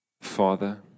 Father